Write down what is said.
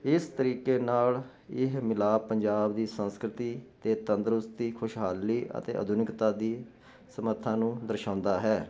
ਇਸ ਤਰੀਕੇ ਨਾਲ ਇਹ ਮਿਲਾਪ ਪੰਜਾਬ ਦੀ ਸੰਸਕ੍ਰਿਤੀ ਤੇ ਤੰਦਰੁਸਤੀ ਖੁਸ਼ਹਾਲੀ ਅਤੇ ਆਧੁਨਿਕਤਾ ਦੀ ਸਮਰਥਾਂ ਨੂੰ ਦਰਸ਼ਾਉਂਦਾ ਹੈ